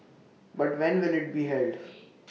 but when will IT be held